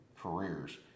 careers